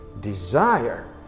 Desire